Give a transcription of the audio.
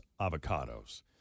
avocados